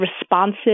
responsive